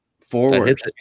forward